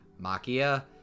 Makia